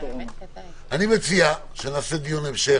אני מציע שנעשה דיון המשך,